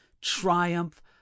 triumph